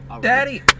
Daddy